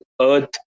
Earth